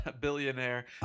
billionaire